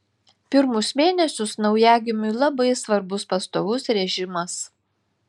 pirmus mėnesius naujagimiui labai svarbus pastovus režimas